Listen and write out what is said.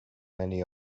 many